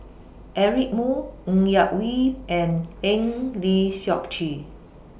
Eric Moo Ng Yak Whee and Eng Lee Seok Chee